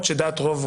למרות דעת רוב,